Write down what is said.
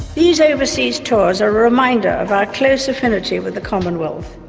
these overseas tours are a reminder of our close affinity with the commonwealth,